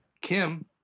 Kim